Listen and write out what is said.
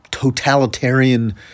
Totalitarian